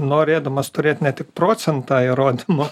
norėdamas turėt ne tik procentą įrodymo